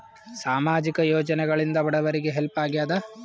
ಸಾಮಾಜಿಕ ಯೋಜನೆಗಳಿಂದ ಬಡವರಿಗೆ ಹೆಲ್ಪ್ ಆಗ್ಯಾದ?